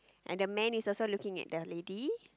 and the man is also looking at the lady